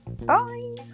Bye